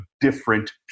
different